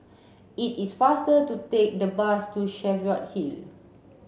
it is faster to take the bus to Cheviot Hill